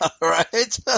Right